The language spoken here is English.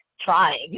trying